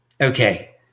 Okay